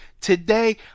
Today